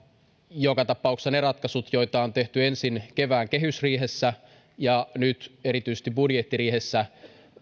joka tapauksessa ne ratkaisut joita on tehty ensin kevään kehysriihessä ja nyt erityisesti budjettiriihessä